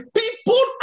people